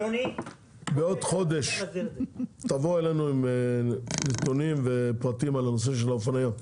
בעוד חודש תבואו אלינו עם נתונים ופרטים על הנושא של אופנועי ים.